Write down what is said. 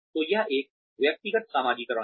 तो यह एक व्यक्तिगत समाजीकरण है